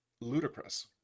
ludicrous